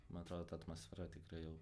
man atrodo ta atmosfera tikrai jau